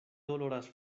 doloras